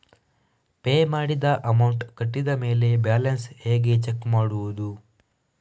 Pay ಮಾಡಿದ amount ಕಟ್ಟಿದ ಮೇಲೆ ಬ್ಯಾಲೆನ್ಸ್ ಹೇಗೆ ಚೆಕ್ ಮಾಡುವುದು?